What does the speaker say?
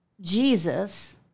Jesus